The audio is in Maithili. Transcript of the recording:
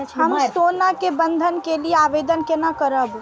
हम सोना के बंधन के लियै आवेदन केना करब?